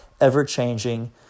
ever-changing